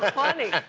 ah funny.